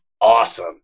awesome